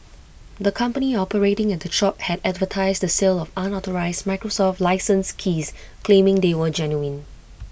the company operating at the shop had advertised the sale of unauthorised Microsoft licence keys claiming they were genuine